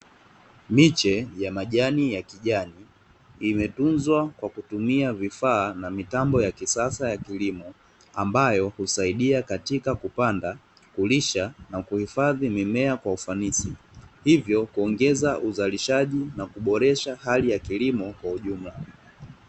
Miche ya majani ya kijani, imetunzwa kwa kutumia vifaa na mitambo ya kisasa ya kilimo, ambayo husaidia katika kupanda, kulisha na kuhifadhi mimea kwa ufanisi, hivyo kuongeza uzalishaji na kuboresha hali ya kilimo kwa ujumla.